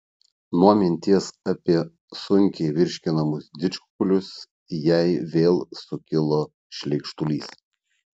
nuo minties apie sunkiai virškinamus didžkukulius jai vėl sukilo šleikštulys